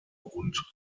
und